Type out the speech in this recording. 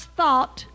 thought